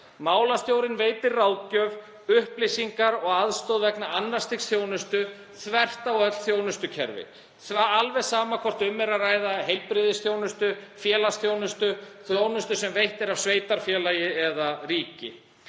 Málstjóri veitir ráðgjöf, upplýsingar og aðstoð vegna annars stigs þjónustu þvert á kerfi, sama hvort um er að ræða heilbrigðisþjónustu, félagsþjónustu, þjónustu sem veitt er af sveitarfélagi eða ríki.